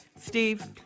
Steve